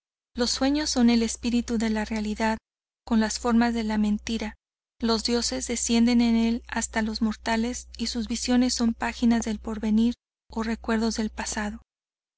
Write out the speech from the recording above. los sueños son el espíritu de la realidad con las formas de la mentira los dioses descienden en el hasta los mortales y sus visiones son paginas del porvenir o recuerdos del pasado